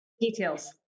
details